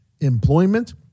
employment